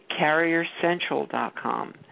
CarrierCentral.com